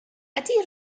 ydy